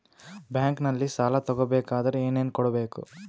ಬ್ಯಾಂಕಲ್ಲಿ ಸಾಲ ತಗೋ ಬೇಕಾದರೆ ಏನೇನು ಕೊಡಬೇಕು?